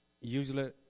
usually